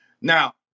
Now